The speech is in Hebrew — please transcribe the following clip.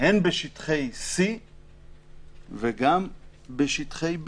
הן בשטחי C וגם בשטחי B,